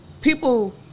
People